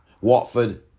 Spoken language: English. Watford